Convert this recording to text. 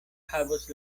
havos